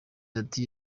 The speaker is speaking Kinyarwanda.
ati